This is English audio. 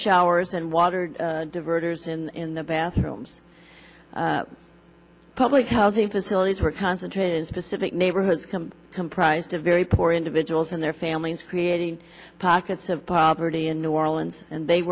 showers and water diverters in the bathrooms public housing facilities were concentrated in specific neighborhoods comprised of very poor individuals and their families creating pockets of poverty in new orleans and they